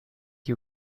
you